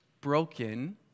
broken